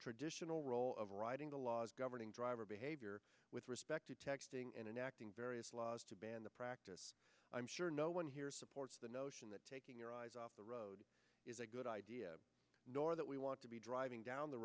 traditional role of writing the laws governing driver behavior with respect to texting and enacting various laws to ban the practice i'm sure no one here supports the notion that taking your eyes off the road is a good idea nor that we want to be driving down the